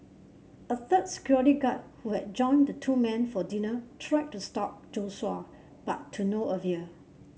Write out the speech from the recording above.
a third security guard who had joined the two men for dinner tried to stop Joshua but to no avail